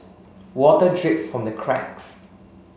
water drips from the cracks